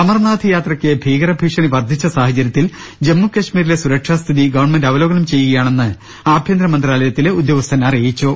അമർനാഥ് യാത്രയ്ക്ക് ഭീകര ഭീഷണി വർദ്ധിച്ച സാഹചര്യത്തിൽ ജമ്മുകശ്മീ രിലെ സുരക്ഷാ സ്ഥിതി ഗവൺമെന്റ് അവലോകനം ചെയ്യുകയാണെന്ന് ആഭ്യന്തര മന്ത്രാലയത്തിലെ ഉദ്യോഗസ്ഥൻ അറിയിച്ചു